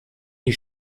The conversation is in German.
die